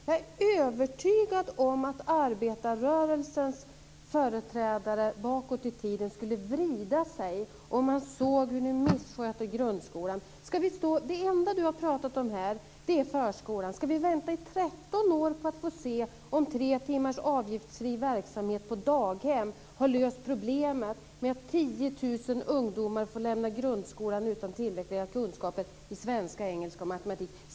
Jag är övertygad om att arbetarrörelsens företrädare bakåt i tiden skulle vrida sig om de såg hur ni missköter grundskolan. Det enda Eva Johansson har talat om här är förskolan. Ska vi vänta 13 år på att få se om tre timmars avgiftsfri verksamhet på daghem har löst problemet med att 10 000 ungdomar får lämna grundskolan utan tillräckliga kunskaper i svenska, engelska och matematik?